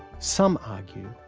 some argue,